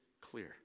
clear